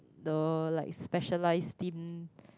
the like specialised team